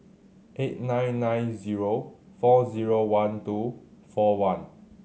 eight nine nine zero four zero one two four one